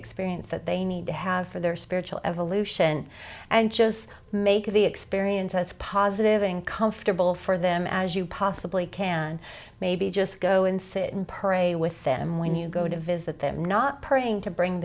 experience that they need to have for their spiritual evolution and just make the experience as positive and comfortable for them as you possibly can maybe just go and sit and purr a with them when you go to visit them not praying to bring